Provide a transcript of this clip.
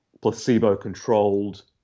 placebo-controlled